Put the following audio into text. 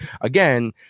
Again